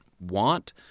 want